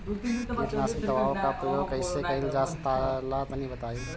कीटनाशक दवाओं का प्रयोग कईसे कइल जा ला तनि बताई?